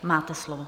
Máte slovo.